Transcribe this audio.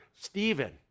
Stephen